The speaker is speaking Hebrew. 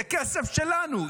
זה כסף שלנו.